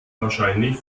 wahrscheinlich